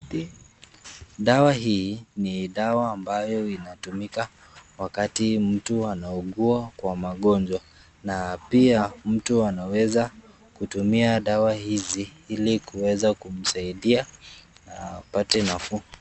Dawa hii ni dawa ambayo inatumika wakati mtu anaugua kwa ugonjwa na pia mtu anaweza kutumia dawa hizi ili kuweza kumsaidia apate nafuu.